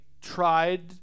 tried